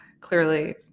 clearly